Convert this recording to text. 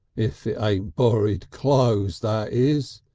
if it ain't borryd clothes, that is.